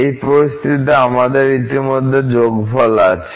এই পরিস্থিতিতে আমাদের ইতিমধ্যে এই যোগফল আছে